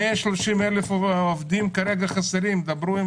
130,000 עובדים כרגע חסרים, דברו עם